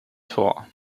tor